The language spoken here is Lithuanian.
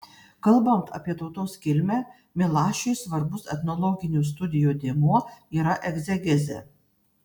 kalbant apie tautos kilmę milašiui svarbus etnologinių studijų dėmuo yra egzegezė